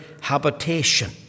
habitation